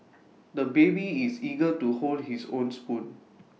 the baby is eager to hold his own spoon